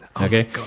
Okay